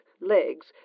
legs